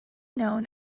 known